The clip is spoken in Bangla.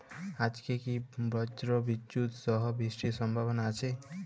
আজকে কি ব্রর্জবিদুৎ সহ বৃষ্টির সম্ভাবনা আছে?